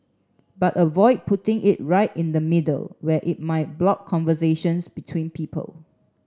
but avoid putting it right in the middle where it might block conversations between people